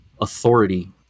authority